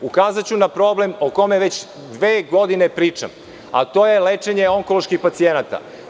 Ukazaću na problem o kome već dve godine pričam, a to je lečenje onkoloških pacijenata.